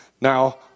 Now